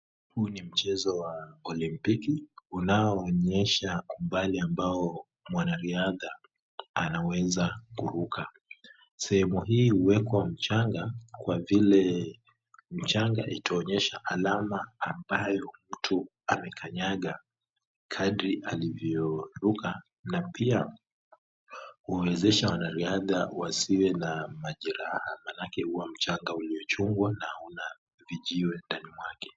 Huu ni mchezo wa olimpiki, unaoonyesha umbali ambao mwanariadha anaweza kuruka. Sehemu hii huwekwa mchanga kwa vile mchanga utaonyesha alama ambayo mtu amekanyaga kadri alivyoruka na pia huwawezesha wanariadha wasiwe na majeraha manake, huwa mchanga uliochungwa na huna vijiwe ndani mwake.